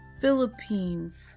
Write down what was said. Philippines